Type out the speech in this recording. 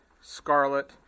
scarlet